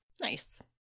Nice